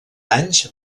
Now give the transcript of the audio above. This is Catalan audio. anys